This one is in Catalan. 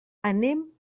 anem